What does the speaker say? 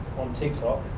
on tiktok,